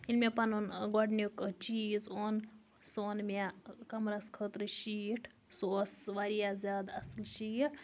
ییٚلہِ مےٚ پَنُن گۄڈنیک چیٖز اوٚن سُہ اوٚن مےٚ کَمرَس خٲطرٕ شیٖٹ سُہ اوس واریاہ زیادٕ اصل شیٖٹ